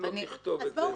אם לא נכתוב את זה,